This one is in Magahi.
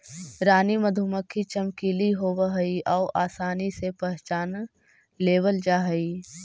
रानी मधुमक्खी चमकीली होब हई आउ आसानी से पहचान लेबल जा हई